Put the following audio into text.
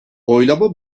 oylama